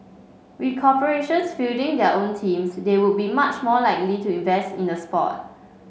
with corporations fielding their own teams they would be much more likely to invest in the sport